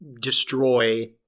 destroy